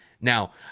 Now